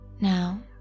Now